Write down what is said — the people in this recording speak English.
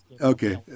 Okay